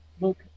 look